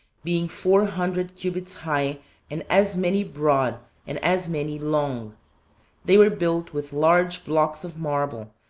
being four hundred cubits high and as many broad and as many long they were built with large blocks of marble,